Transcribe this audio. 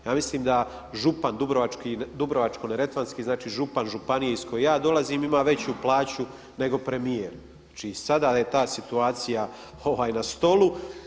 Ja mislim da župan Dubrovačko-neretvanski, znači župan županije iz koje ja dolazim ima veću plaću nego premijer čiji sada je ta situacija na stolu.